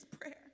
prayer